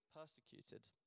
persecuted